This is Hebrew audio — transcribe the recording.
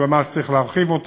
זו מגמה שצריך להרחיב.